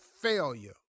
failure